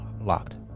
locked